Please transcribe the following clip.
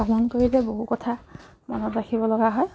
ভ্ৰমণ কৰিলে বহু কথা মনত ৰাখিব লগা হয়